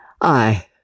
I